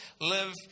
live